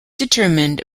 determined